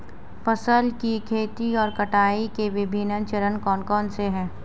फसल की खेती और कटाई के विभिन्न चरण कौन कौनसे हैं?